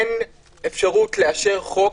אין אפשרות לאשר חוק,